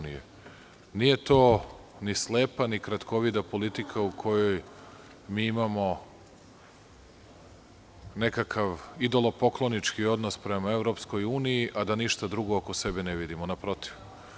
Nije to ni slepa, ni kratkovida politika u kojoj imamo nekakav idolopoklonički odnos prema EU, a da ništa drugo oko sebe ne vidimo, naprotiv.